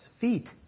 feet